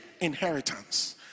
inheritance